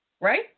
Right